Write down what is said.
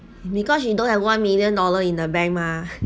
because you don't have one million dollar in the bank mah